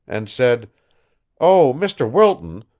and said oh, mr. wilton,